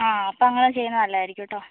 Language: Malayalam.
ആ അപ്പം അങ്ങനെ ചെയ്യുന്ന നല്ലായിരിക്കും കെട്ടോ